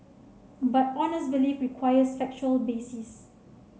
but honest belief requires factual basis